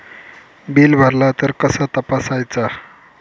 Bill भरला तर कसा तपसायचा?